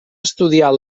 estudiar